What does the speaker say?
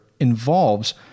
involves